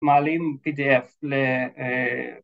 מעלים pdf ל... א...